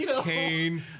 Kane